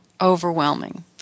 overwhelming